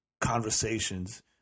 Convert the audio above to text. conversations